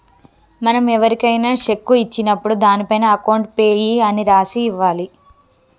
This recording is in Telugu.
మనం ఎవరికైనా శెక్కు ఇచ్చినప్పుడు దానిపైన అకౌంట్ పేయీ అని రాసి ఇవ్వాలి